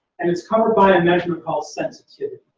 and it's covered by a measurement called sensitivity.